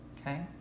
Okay